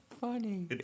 funny